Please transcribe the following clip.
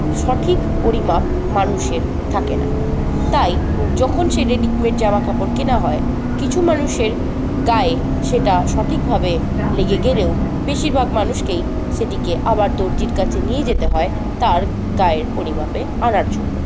সঠিক পরিমাপ মানুষের থাকে না তাই যখন সে রেডিমেড জামাকাপড় কেনা হয় কিছু মানুষের গায়ে সেটা সঠিকভাবে লেগে গেলেও বেশিরভাগ মানুষকেই সেটিকে আবার দর্জির কাছে নিয়ে যেতে হয় তার গায়ের পরিমাপে আনার জন্য